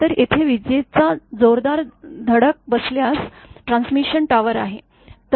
तर तेथे विजेचा जोरदार धडक बसल्यास ट्रान्समिशन टॉवर आहे